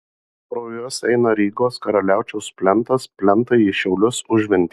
pro juos eina rygos karaliaučiaus plentas plentai į šiaulius užventį